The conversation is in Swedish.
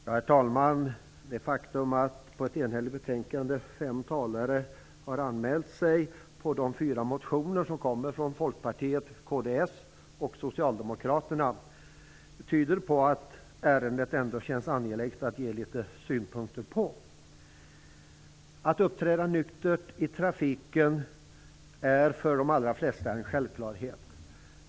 Herr talman! Det faktum att fem talare anmält sig till debatten om ett enhälligt betänkande med anledning av de fyra motionerna från Folkpartiet, kds respektive Socialdemokraterna tyder på att ärendet ändå känns så angeläget att man vill ge synpunker på det. Att man måste uppträda nyktert i trafiken är för de allra flesta en självklarhet.